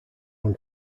own